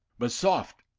but soft,